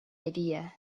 idea